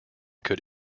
could